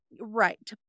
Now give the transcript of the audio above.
Right